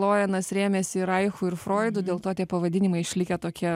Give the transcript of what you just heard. loenas rėmėsi raichu ir froidu dėl to tie pavadinimai išlikę tokie